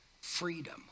freedom